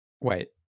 Wait